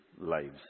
lives